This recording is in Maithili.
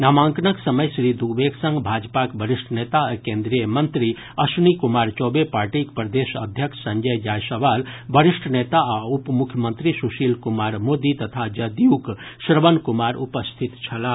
नामांकनक समय श्री दूबेक संग भाजपाक वरिष्ठ नेता आ केन्द्रीय मंत्री अश्विनी कुमार चौबे पार्टीक प्रदेश अध्यक्ष संजय जायसवाल वरिष्ठ नेता आ उपमुख्यमंत्री सुशील कुमार मोदी तथा जदयूक श्रवण कुमार उपस्थित छलाह